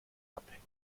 abhängig